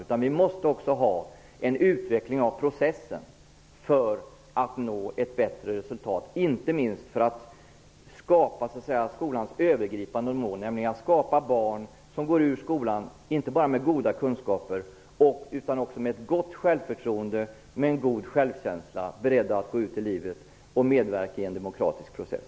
Det måste också ske en utveckling i processen för att vi skall få ett bättre resultat och inte minst nå skolans övergripande mål, nämligen att barnen som går ur skolan har inte bara goda kunskaper utan också ett gott självförtroende, en god självkänsla och en beredskap att gå ut i livet och medverka i en demokratisk process.